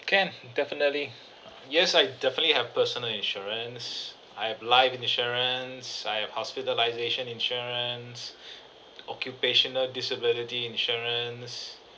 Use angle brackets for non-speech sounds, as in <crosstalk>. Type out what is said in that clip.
can definitely yes I definitely have personal insurance I have life insurance I have hospitalisation insurance <breath> occupational disability insurance